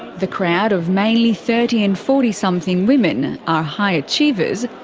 the crowd of mainly thirty and forty something women are high achievers,